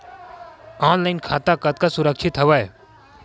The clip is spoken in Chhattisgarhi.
ऑनलाइन खाता कतका सुरक्षित हवय?